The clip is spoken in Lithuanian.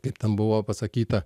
kaip ten buvo pasakyta